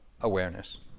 awareness